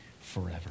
forever